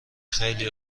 خیلی